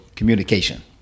Communication